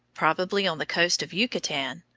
probably on the coast of yucatan,